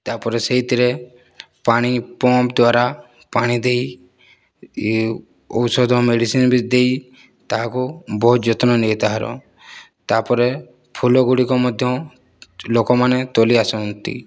ତା' ପରେ ସେଥିରେ ପାଣି ପମ୍ପ୍ ଦ୍ୱାରା ପାଣି ଦେଇ ଏ ଔଷଧ ମେଡିସିନ ବି ଦେଇ ତାହାକୁ ବହୁତ ଯତ୍ନ ନିଏ ତାହାର ତା'ପରେ ଫୁଲଗୁଡ଼ିକ ମଧ୍ୟ ଲୋକମାନେ ତୋଳି ଆସନ୍ତି